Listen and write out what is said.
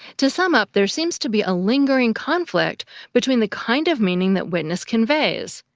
to sum up, there seems to be a lingering conflict between the kind of meaning that witness conveys,